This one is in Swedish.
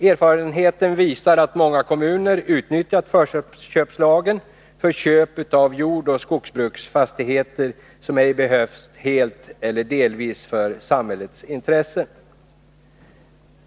Erfarenheten visar att många kommuner har utnyttjat förköpslagen för köp av jordoch skogsbruksfastigheter som ej behövts helt eller delvis för att tillgodose samhällets intressen.